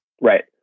Right